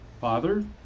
Father